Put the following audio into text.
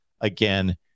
Again